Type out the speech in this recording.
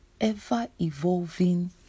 ever-evolving